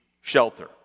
shelter